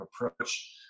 approach